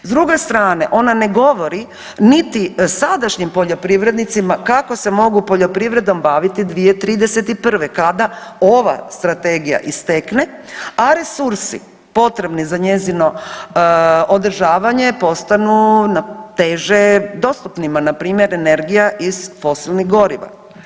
S druge strane ona ne govori niti sadašnjim poljoprivrednicima kako se mogu poljoprivredom baviti 2031.kada ova strategija istekne, a resursi potrebni za njezino održavanje postanu teže dostupnima npr. energija iz fosilnih goriva.